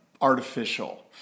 artificial